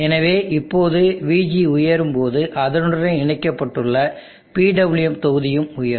எனவே இப்போது Vg உயரும்போது அதனுடன் இணைக்கப்பட்டுள்ள PWM தொகுதியும் உயரும்